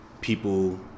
people